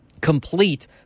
complete